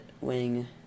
wing